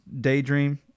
daydream